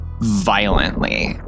violently